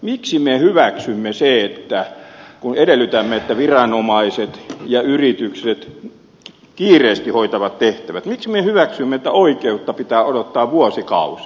miksi me hyväksymme sen kun edellytämme että viranomaiset ja yritykset kiireesti hoitavat tehtävät miksi me hyväksymme että oikeutta pitää odottaa vuosikausia